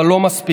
אבל לא מספיקה.